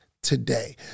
Today